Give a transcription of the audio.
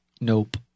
nope